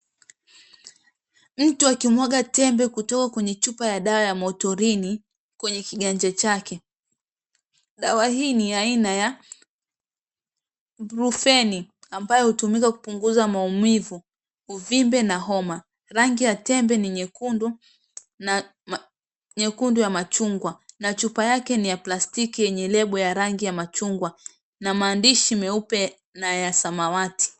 Mtu akimwaga tembe kutoka kwenye chumba ya dawa ya motorini, kwenye kiganja chake. Dawa hii ni ya aina ya brufeni ambayo hutumika kupunguza maumivu, uvimbe na homa. Rangi ya tembe ni nyekundu ya machungwa na chupa yake ni ya plastiki yenye label ya rangi ya machungwa, na maandishi meupe na ya samawati